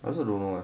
I also don't know